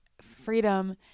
freedom